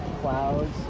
clouds